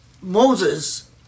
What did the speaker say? Moses